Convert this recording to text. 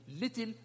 little